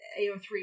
AO3